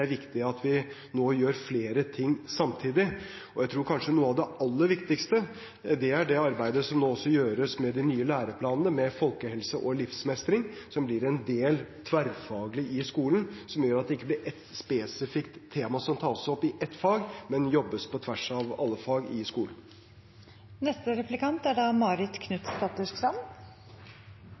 viktig at vi nå gjør flere ting samtidig. Jeg tror kanskje noe av det aller viktigste er det arbeidet som nå også gjøres med de nye læreplanene, med folkehelse og livsmestring. Det blir en tverrfaglig del i skolen, noe som gjør at det ikke blir ett spesifikt tema som tas opp i ett fag, men noe som jobbes med på tvers av alle fag i